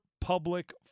public